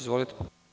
Izvolite.